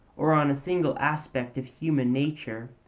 or on a single aspect of human nature,